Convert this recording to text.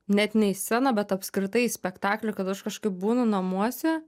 net ne į sceną bet apskritai į spektaklį kad aš kažkaip būnu namuose